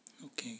okay